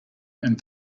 and